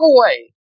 away